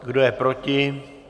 Kdo je proti?